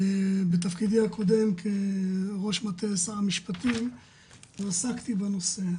בתפקידי הקודם כראש מטה שר המשפטים עסקתי בנושא.